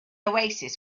oasis